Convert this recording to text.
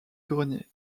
grenier